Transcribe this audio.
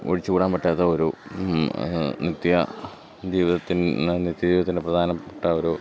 ഒഴിച്ചു കൂടാൻ പറ്റാത്ത ഒരു നിത്യ ജീവിതത്തിൻ്റെ നിത്യ ജീവിതത്തിൻ്റെ പ്രധാനപ്പെട്ട ഒരു